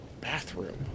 bathroom